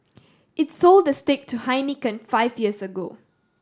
it sold the stake to Heineken five years ago